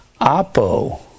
Apo